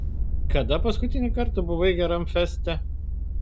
kada paskutinį kartą buvai geram feste